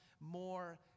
more